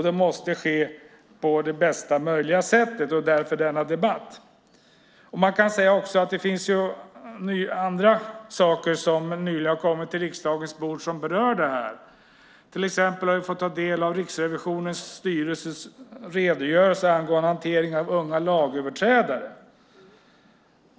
Det måste ske på bästa möjliga sätt, och därför denna debatt. Det finns andra saker som nyligen har kommit till riksdagens bord som berör det här. Till exempel har vi fått ta del av Riksrevisionens styrelses redogörelse angående hantering av unga lagöverträdare.